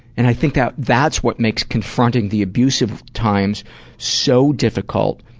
and i think that that's what makes confronting the abusive times so difficult,